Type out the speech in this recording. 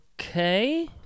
Okay